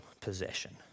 possession